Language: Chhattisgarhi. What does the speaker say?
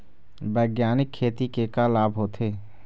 बैग्यानिक खेती के का लाभ होथे?